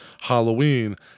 halloween